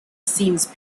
seems